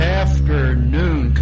afternoon